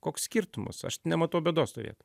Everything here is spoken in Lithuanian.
koks skirtumas aš nematau bėdos toj vietoj